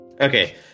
Okay